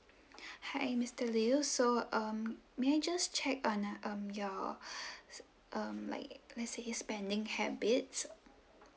hi mister liew so um may I just check on um your um like let say spending habits